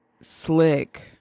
slick